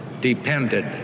depended